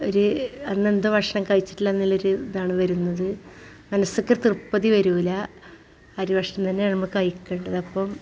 ഒരു അന്നത്തെ ഭക്ഷണം കഴിച്ചിട്ടില്ലെന്ന ഒരു ഇതാണ് വരുന്നത് മനസിലേക്ക് തൃപ്തി വരില്ല അരി ഭക്ഷണം തന്നെയാണ് നമ്മൾ കഴിക്കേണ്ടത് അപ്പം